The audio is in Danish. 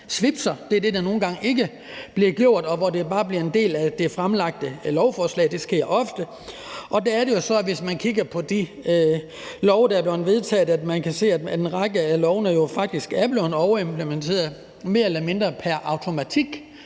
Det er det, der nogen gange ikke bliver gjort, men bare bliver en del af det fremsatte lovforslag. Det sker ofte. Der er det jo så, at hvis man kigger på de love, der er blevet vedtaget, kan man se, at en række af lovene faktisk er blevet overimplementeret mere eller mindre pr. automatik,